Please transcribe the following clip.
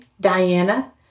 Diana